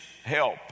Help